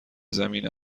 زمین